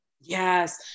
Yes